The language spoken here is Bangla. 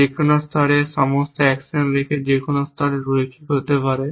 যে কোনও স্তরে সমস্ত অ্যাকশন রেখে যে কোনও স্তরে রৈখিক হতে পারে